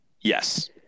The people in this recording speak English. Yes